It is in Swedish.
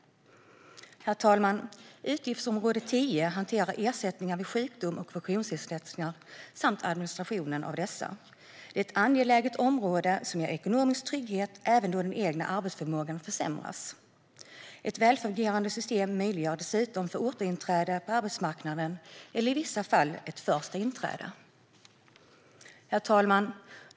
Herr talman! Inom utgiftsområde 10 hanteras ersättningar vid sjukdom och funktionsnedsättning samt administrationen av dessa. Det är ett angeläget område om ekonomisk trygghet då den egna arbetsförmågan försämras. Ett välfungerande system möjliggör dessutom återinträde på arbetsmarknaden, eller i vissa fall ett första inträde. Herr talman!